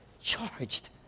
charged